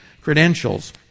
credentials